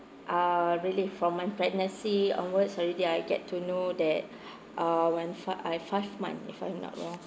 uh already from my pregnancy onwards already I get to know that uh when five I five month if I'm not wrong